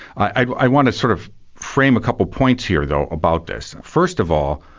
i want to sort of frame a couple of points here though, about this. first of all,